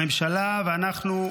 הממשלה ואנחנו,